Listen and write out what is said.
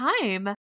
time